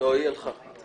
לא, היא הלכה כבר.